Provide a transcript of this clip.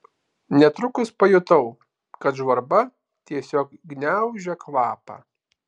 netrukus pajutau kad žvarba tiesiog gniaužia kvapą